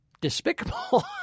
despicable